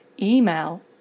email